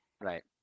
right